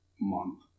month